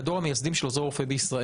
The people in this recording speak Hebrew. כדור המייסדים של עוזרי רופא בישראל.